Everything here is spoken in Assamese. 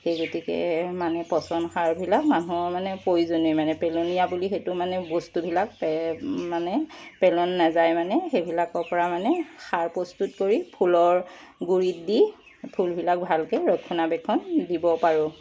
সেই গতিকে মানে পচন সাৰবিলাক মানুহৰ মানে প্ৰয়োজনীয় মানে পেলনীয়া বুলি সেইটো মানে বস্তুবিলাক মানে পেলন নাযায় মানে সেইবিলাকৰ পৰা মানে সাৰ প্ৰস্তুত কৰি ফুলৰ গুৰিত দি ফুলবিলাক ভালকৈ বক্ষণাবেক্ষণ দিব পাৰোঁ